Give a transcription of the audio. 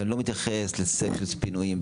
ואני לא מתייחס לסוגי פינויים,